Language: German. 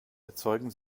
erzeugen